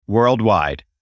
Worldwide